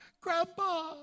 Grandpa